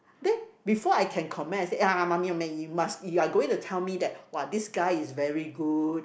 then before I can comment I say ya mummy mummy you must you are going to tell me that this guy is very good